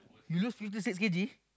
you lose fifty six K_G